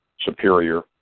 superior